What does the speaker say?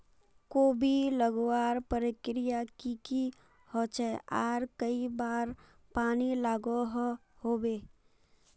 कोबी लगवार प्रक्रिया की की होचे आर कई बार पानी लागोहो होबे?